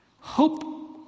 Hope